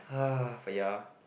for ya